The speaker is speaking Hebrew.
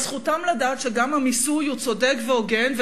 אבל זכותם לדעת שגם המיסוי צודק והוגן,